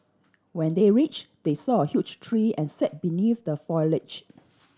when they reached they saw a huge tree and sat beneath the foliage